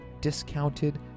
discounted